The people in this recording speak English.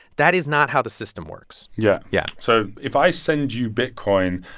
that is not how the system works yeah yeah so if i send you bitcoin,